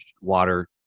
water